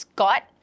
Scott